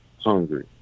hungry